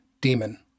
demon